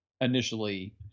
initially